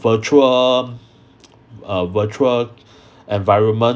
virtual uh virtual environment